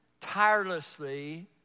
tirelessly